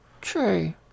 True